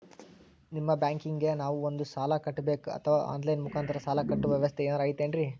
ನಿಮ್ಮ ಬ್ಯಾಂಕಿಗೆ ನಾವ ಬಂದು ಸಾಲ ಕಟ್ಟಬೇಕಾ ಅಥವಾ ಆನ್ ಲೈನ್ ಮುಖಾಂತರ ಸಾಲ ಕಟ್ಟುವ ವ್ಯೆವಸ್ಥೆ ಏನಾರ ಐತೇನ್ರಿ?